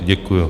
Děkuju.